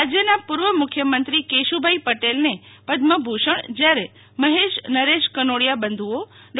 રાજ્યના પૂર્વ મુખ્યમંત્રી કેશુભાઈ પટેલ ને પદ્મ ભુષણ જ્યારે મહેશ નરેશ કનોડિયા બંધુઓ ડો